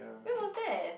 when was that